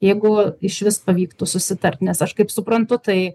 jeigu išvis pavyktų susitart nes aš kaip suprantu tai